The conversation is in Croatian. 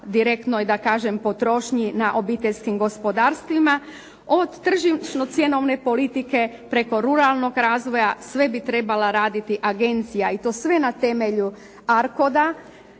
da kažem potrošnji na obiteljskim gospodarstvima, od tržišno cjenovne politike preko ruralnog razvoja, sve bi trebala raditi agencija, i to sve na temelju